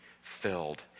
filled